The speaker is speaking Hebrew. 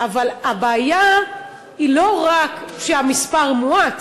הבעיה היא לא רק שהמספר מועט,